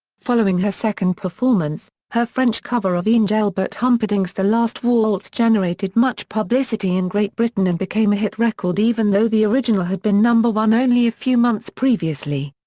following her second performance, her french cover of engelbert humperdinck's the last waltz generated much publicity in great britain and became a hit record even though the original had been number one only a few months previously.